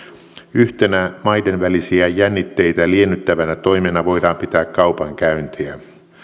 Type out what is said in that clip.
yhtenä maiden välisiä jännitteitä liennyttävänä toimena voidaan pitää kaupankäyntiä